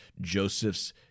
Joseph's